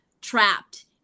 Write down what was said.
trapped